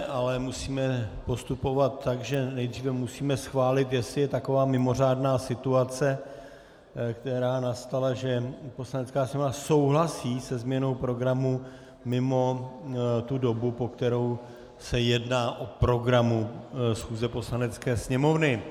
Ale musíme postupovat tak, že nejdříve musíme schválit, jestli je taková mimořádná situace, která nastala, že Poslanecká sněmovna souhlasí se změnou programu mimo dobu, po kterou se jedná o programu schůze Poslanecké sněmovny.